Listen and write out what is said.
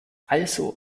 also